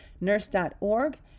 nurse.org